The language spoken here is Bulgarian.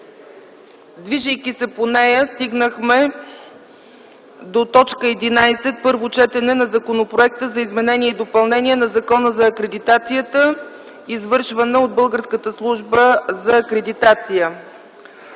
Движейки се по нея, стигнахме до т. 11 – първо четене на Законопроекта за изменение и допълнение на Закона за акредитацията, извършвана от Българската служба за акредитация,